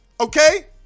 okay